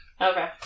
Okay